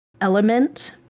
element